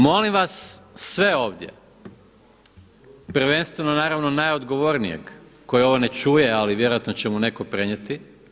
Molim vas sve ovdje prvenstveno naravno najodgovornijeg koji ovo ne čuje, ali vjerojatno će mu netko prenijeti.